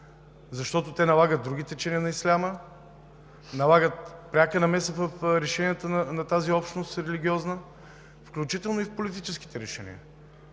защото те налагат други течения на исляма, налагат преки намеси в решенията на тази религиозна общност, включително и в политическите решения.